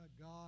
God